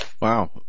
Wow